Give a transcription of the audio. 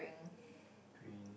green